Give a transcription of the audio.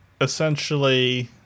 essentially